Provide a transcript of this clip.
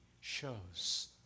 shows